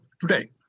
today